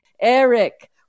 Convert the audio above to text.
Eric